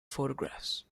photographs